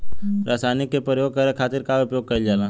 रसायनिक के प्रयोग करे खातिर का उपयोग कईल जाला?